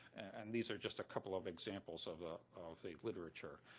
and these are just a couple of examples of ah of the literature.